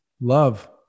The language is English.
Love